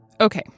Okay